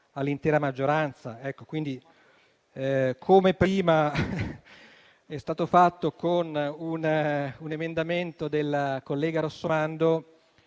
all'intera maggioranza. Come prima è stato fatto con un emendamento della collega Rossomando,